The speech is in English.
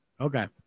Okay